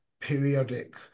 periodic